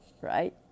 right